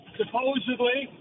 supposedly